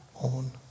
own